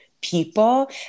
people